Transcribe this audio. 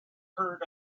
heard